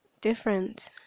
different